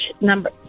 number